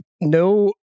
no